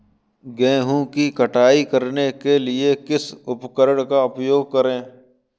गेहूँ की कटाई करने के लिए किस उपकरण का उपयोग करें?